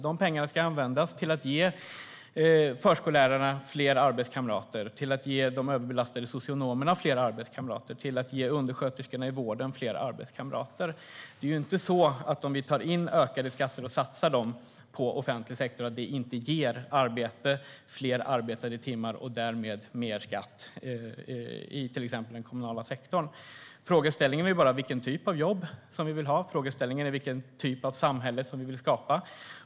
De pengarna ska användas till att ge förskollärarna, de överbelastade socionomerna och undersköterskorna i vården fler arbetskamrater. Om vi tar in ökade skatter och satsar dem på offentlig sektor är det inte så att detta inte ger fler arbetade timmar och därmed mer skatt i till exempel den kommunala sektorn.Frågeställningen är vilken typ av jobb vi vill ha och vilken typ av samhälle vi vill skapa.